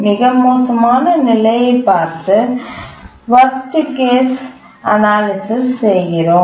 மிக மோசமான நிலையைப் பார்த்து வர்ஸ்ட் கேஸ் அனாலிசிஸ் செய்கிறோம்